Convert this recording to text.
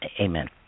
Amen